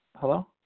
Hello